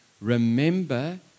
Remember